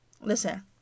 listen